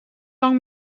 lang